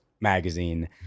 Magazine